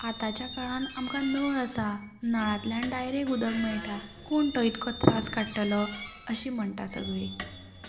आतांच्या काळान आमकां नळ आसा नळांतल्यान डायरेक्ट उदक मेयटा कोण तो इतको त्रास काडटलो अशी म्हणटा सगळी